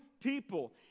people